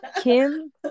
Kim